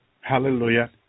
hallelujah